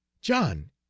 John